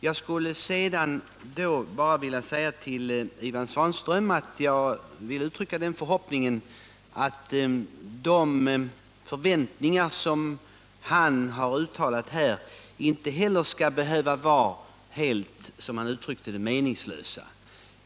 Jag skulle sedan bara, med anledning av vad Ivan Svanström sade, vilja uttrycka förhoppningen att de förväntningar som han har uttalat här inte heller skall vara — som han uttryckte det — helt meningslösa.